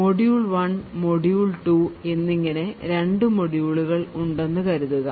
module 1 module 2 എന്നിങ്ങനെ രണ്ട് മൊഡ്യൂളുകൾ ഉണ്ടെന്ന് കരുതുക